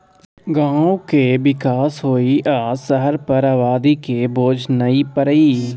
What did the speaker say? गांव के विकास होइ आ शहर पर आबादी के बोझ नइ परइ